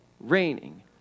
raining